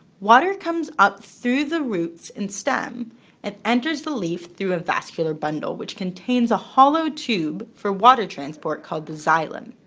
water comes up through the roots and stem and enters the leaf through the vascular bundle, which contains a hollow tube for water transport called the xylem.